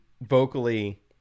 vocally